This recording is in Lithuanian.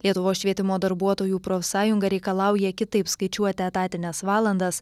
lietuvos švietimo darbuotojų profsąjunga reikalauja kitaip skaičiuoti etatines valandas